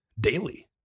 daily